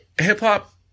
hip-hop